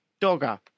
dogger